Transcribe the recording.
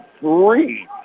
three